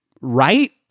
right